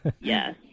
Yes